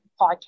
podcast